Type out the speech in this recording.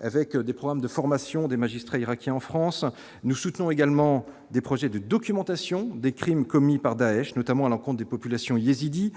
avec des programmes de formation des magistrats irakiens en France, nous soutenons également des projets de documentation des crimes commis par Daech notamment à la rencontre des populations yézidis,